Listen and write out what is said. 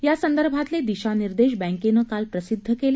यासंदर्भातले दिशानिर्देश बँकेने काल प्रसिद्ध केले